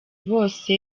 bose